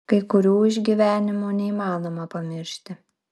kai kurių išgyvenimų neįmanoma pamiršti